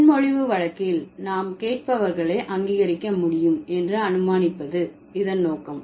முன்மொழிவு வழக்கில் நாம் கேட்பவர்களை அங்கீகரிக்க முடியும் என்று அனுமானிப்பது இதன் நோக்கம்